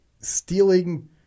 Stealing